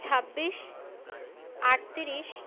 ছাব্বিশ আটত্রিশ